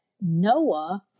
noah